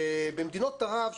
שבמדינות ערב,